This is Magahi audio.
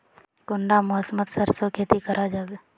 कुंडा मौसम मोत सरसों खेती करा जाबे?